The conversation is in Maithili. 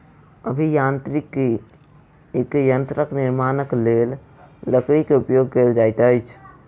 अभियांत्रिकी यंत्रक निर्माणक लेल लकड़ी के उपयोग कयल जाइत अछि